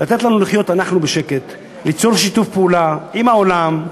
לתת לנו לחיות בשקט, ליצור שיתוף פעולה עם העולם,